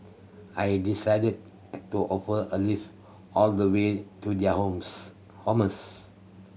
I decided to offer a lift all the way to their homes